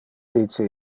dice